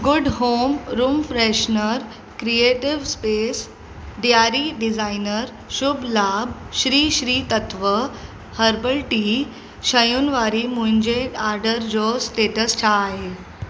good home room freshener creative space Diyari designer Shubh Labh Shri Shri Tatva herbal tea शयुनि वारे मुंहिंजे ऑडर जो स्टेटस छा आहे